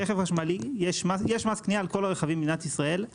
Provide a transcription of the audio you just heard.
יש מס קנייה על כל הרכבים במדינת ישראל,